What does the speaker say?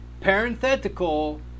parenthetical